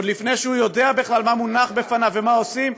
עוד לפני שהוא יודע בכלל מה מונח בפניו ומה עושים,